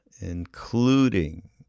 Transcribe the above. including